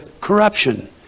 corruption